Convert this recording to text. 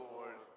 Lord